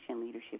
Leadership